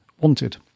wanted